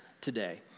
today